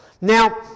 Now